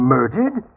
Murdered